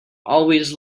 always